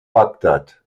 bagdad